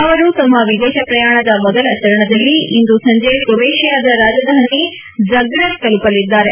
ಅವರು ತಮ್ನ ವಿದೇಶ ಪ್ರಯಾಣದ ಮೊದಲ ಚರಣದಲ್ಲಿ ಇಂದು ಸಂಜೆ ಕ್ರೊವೇಷಿಯಾದ ರಾಜಧಾನಿ ಝಗ್ಗೆಬ್ ತಲುಪಲಿದ್ದಾರೆ